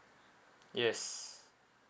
yes